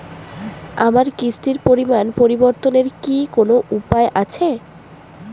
আমার কিস্তির পরিমাণ পরিবর্তনের কি কোনো উপায় আছে?